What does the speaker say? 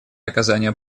оказания